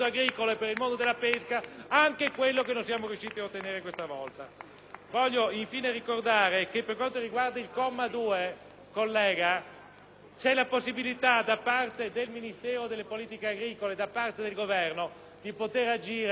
Voglio infine ricordare che, per quanto riguarda il comma 2, c'è la possibilità da parte del Ministero delle politiche agricole e del Governo di poter agire a ristoro almeno parziale dell'interesse degli agricoltori, utilizzando